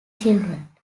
children